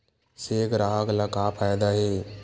से ग्राहक ला का फ़ायदा हे?